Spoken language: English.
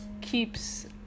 keeps